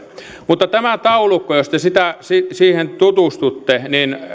mutta tämä taulukko jos te siihen tutustutte